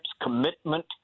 commitment